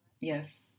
Yes